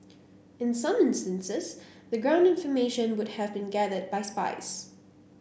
in some instances the ground information would have been gathered by spies